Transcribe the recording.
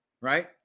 right